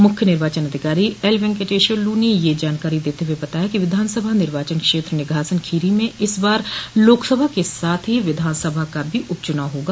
मुख्य निर्वाचन अधिकारी एलवेंकटेश्वर लू ने यह जानकारी देते हुए बताया कि विधान सभा निर्वाचन क्षेत्र निघासन खीरी में इस बार लोकसभा के साथ ही विधान सभा का भी उपचुनाव होगा